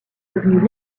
devenues